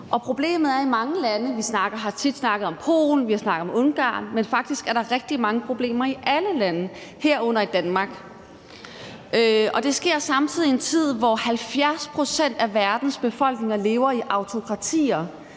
Problemet findes i mange lande. Vi har tit snakket om Polen, og vi har snakket om Ungarn, men faktisk er der rigtig mange problemer i alle lande, herunder i Danmark. Det er samtidig med en tid, hvor 70 pct. af verdens befolkning lever i autokratier.